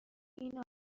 این